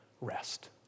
rest